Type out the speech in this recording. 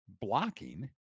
blocking